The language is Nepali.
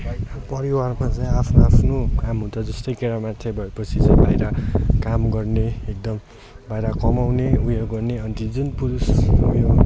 परिवारमा चाहिँ आफ्नो आफ्नो काम हुन्छ जस्तै केटा मान्छे भएपछि चाहिँ बाहिर काम गर्ने एकदम बाहिर कमाउने उयो गर्ने अन्त जुन पुरुष उयो